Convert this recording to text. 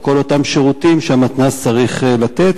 לכל אותם שירותים שהמתנ"ס צריך לתת,